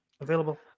available